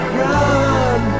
run